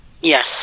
Yes